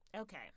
Okay